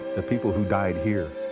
the people who died here,